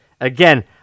Again